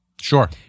Sure